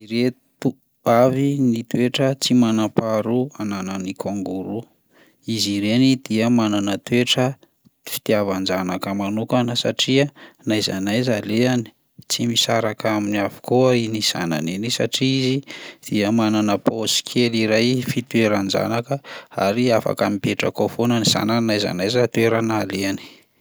Ireto avy ny toetra tsy manam-paharoa ananan'ny kangoroa: izy ireny dia manana toetra fitiavan-janaka manokana satria n'aiza n'aiza alehany tsy misaraka aminy avokoa iny zanany iny satria izy dia manana paosy kely iray fitoeran-janaka ary afaka mipetraka ao foana ny zanany n'aiza n'aiza toerana alehany.